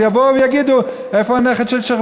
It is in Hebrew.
אז יבואו ויגידו: איפה הנכד של שיח'